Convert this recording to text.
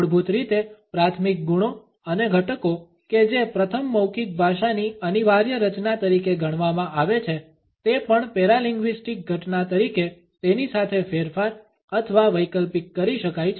મૂળભૂત રીતે પ્રાથમિક ગુણો અને ઘટ્કો કે જે પ્રથમ મૌખિક ભાષાની અનિવાર્ય રચના તરીકે ગણવામાં આવે છે તે પણ પેરાલિંગ્વીસ્ટિક ઘટના તરીકે તેની સાથે ફેરફાર અથવા વૈકલ્પિક કરી શકાય છે